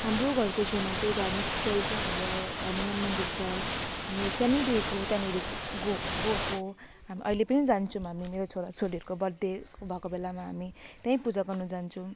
हाम्रो घरको छेउमा चाहिँ धार्मिक स्थल चाहिँ हाम्रो हनुमान मन्दिर छ हामी सानैदेखिको त्यहाँनेरि गएँ गएको हामी अहिले पनि जान्छौँ हामी मेरो छोरा छोरीहरूको बर्थ डे भएको बेलामा हामी त्यहीँ पूजा गर्नु जान्छौँ